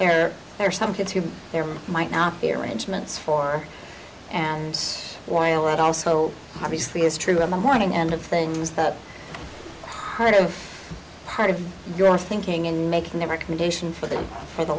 but there are some kids who there might not be arrangements for and why a lot also obviously is true in the morning and of things that kind of part of your thinking in making the recommendation for them for the